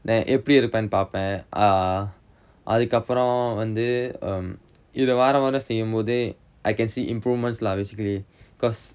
then எப்படி இருப்பேனு பாப்பேன்:eppadi iruppaenu paappaen err அதுக்கு அப்புறம் வந்து இத வார வாரம் செய்யமோது:athukku appuram vanthu itha vaara vaaram seiyamothu I can see improvements lah basically because